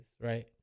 right